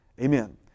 Amen